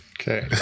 Okay